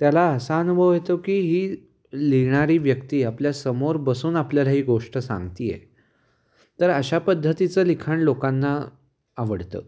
त्याला असा अनुभव येतो की ही लिहिणारी व्यक्ती आपल्यासमोर बसून आपल्याला ही गोष्ट सांगती आहे तर अशा पद्धतीचं लिखाण लोकांना आवडतं